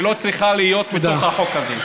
והיא לא צריכה להיות בתוך החוק הזה.